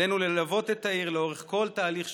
עלינו ללוות את העיר לאורך כל תהליך שיקומה.